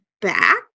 back